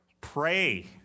pray